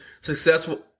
successful